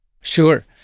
Sure